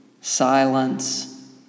silence